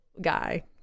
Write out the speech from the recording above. guy